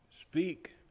speak